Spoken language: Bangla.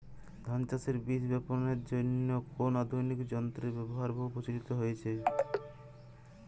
ধান চাষের বীজ বাপনের জন্য কোন আধুনিক যন্ত্রের ব্যাবহার বহু প্রচলিত হয়েছে?